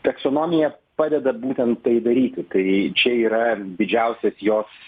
taksonomija padeda būtent tai daryti tai čia yra didžiausias jos